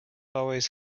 always